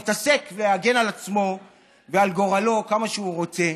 יתעסק בלהגן על עצמו ועל גורלו כמה שהוא רוצה.